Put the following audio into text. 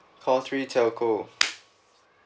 call three telco